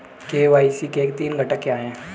KYC के तीन घटक क्या हैं?